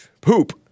poop